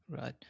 Right